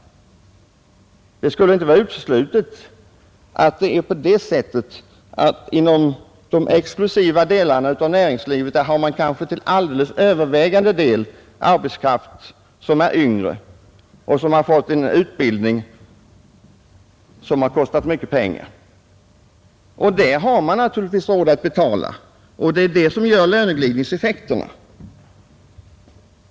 Det är inte uteslutet att man inom de exklusiva delarna av näringslivet till 8lldeles övervägande del har yngre arbetskraft med en utbildning som har kostat staten mycket pengar. Där har man naturligtvis råd att betala, och det är detta som gör löneglidningseffekterna.